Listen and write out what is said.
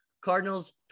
Cardinals